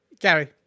Gary